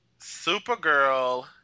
supergirl